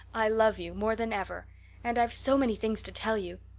i love you more than ever and i've so many things to tell you.